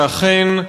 ואכן,